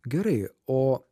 gerai o